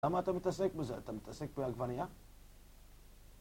למה אתה מתעסק בזה? אתה מתעסק בעגבניה?